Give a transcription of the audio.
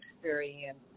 experience